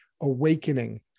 awakening